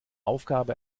aufgabe